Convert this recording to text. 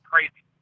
Crazy